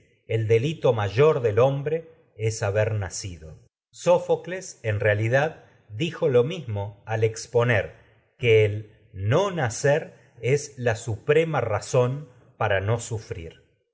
el delito del hombre es nacido sófocles en realidad dijo lo xii prólogo mismo la al exponer que el no nacer es suprema en razón para no sufrir